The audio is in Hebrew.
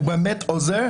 הוא באמת עוזר